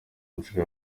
nshuro